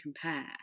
compare